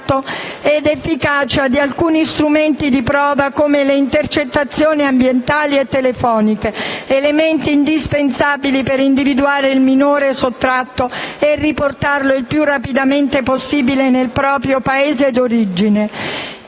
ed efficacia di alcuni strumenti di prova come le intercettazioni ambientali e telefoniche, elementi indispensabili per individuare il minore sottratto e riportarlo il più rapidamente possibile nel proprio Paese d'origine.